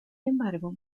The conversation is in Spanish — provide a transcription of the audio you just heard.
embargo